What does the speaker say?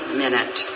minute